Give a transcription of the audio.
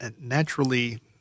naturally